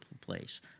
place